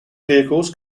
vehicles